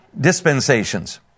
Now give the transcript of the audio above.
dispensations